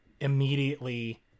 immediately